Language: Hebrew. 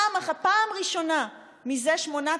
פעם ראשונה מזה שמונה,